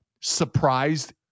surprised